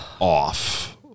off